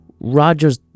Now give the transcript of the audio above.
Rogers